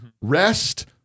rest